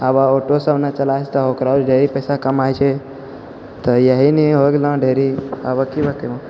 आबऽ ऑटो सबनी चलाबै छै ओकरासँ ढेरी पैसा कमाइ छै तऽ यहीनी हो गेलऽहँ ढेरी आबे की बतेबऽ